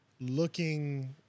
looking